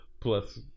plus